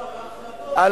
לא,